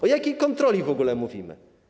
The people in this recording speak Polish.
O jakiej kontroli w ogóle mówimy?